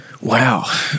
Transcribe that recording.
wow